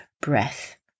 breath